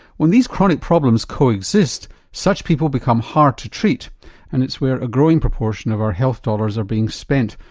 when these chronic problems co-exist such people will become hard to treat and it's where a growing proportion of our health dollars are being spent,